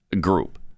group